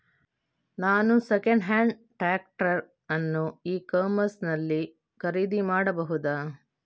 ನಾನು second hand tractor ಅನ್ನು e commerce ನಲ್ಲಿ ಖರೀದಿ ಮಾಡಬಹುದಾ?